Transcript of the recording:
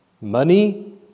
money